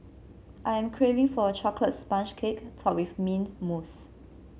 I am craving for a chocolate sponge cake topped with mint mousse